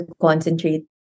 concentrate